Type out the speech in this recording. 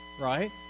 right